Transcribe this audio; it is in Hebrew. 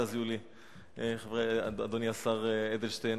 אדוני השר אדלשטיין,